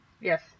Yes